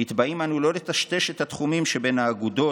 נתבעים אנו לא לטשטש התחומים שבין האגודות,